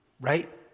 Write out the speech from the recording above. right